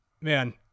man